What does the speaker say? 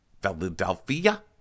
Philadelphia